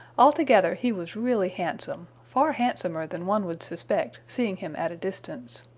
altogether he was really handsome, far handsomer than one would suspect, seeing him at a distance.